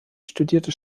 studierte